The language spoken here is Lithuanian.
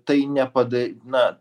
tai nepadai na